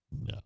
No